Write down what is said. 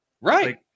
Right